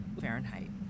Fahrenheit